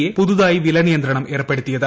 A പുതുതായി വിലനിയന്ത്രണം ഏർപ്പെടുത്തിയത്